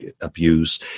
abuse